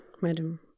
madam